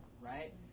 right